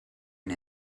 and